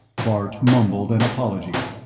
bart mumbled an apology.